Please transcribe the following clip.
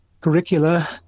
curricula